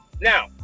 Now